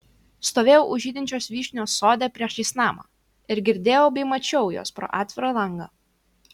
stovėjau už žydinčios vyšnios sode priešais namą ir girdėjau bei mačiau juos pro atvirą langą